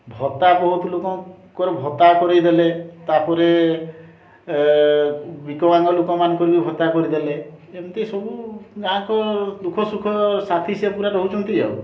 ଭତ୍ତା ବହୁତ ଲୋକଙ୍କର ଭତ୍ତା କରାଇ ଦେଲେ ତାପରେ ବିକଳାଙ୍ଗ ଲୋକମାନଙ୍କର ବି ଭତ୍ତା କରାଇ ଦେଲେ ଏମିତି ସବୁ ଗାଁ ଗହ ଦୁଃଖ ସୁଖ ସାଥୀ ସେ ପୂରା ରହୁଛନ୍ତି ଆଉ